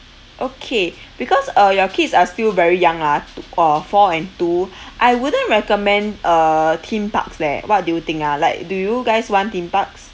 okay because uh your kids are still very young ah two uh four and two I wouldn't recommend uh theme parks leh what do you think ah like do you guys want theme parks